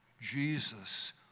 Jesus